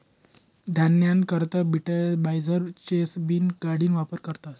धान्यना करता ब्रिटनमझार चेसर बीन गाडिना वापर करतस